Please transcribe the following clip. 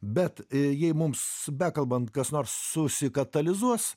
bet jei mums bekalbant kas nors susikatalizuos